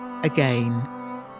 Again